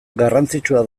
garrantzitsua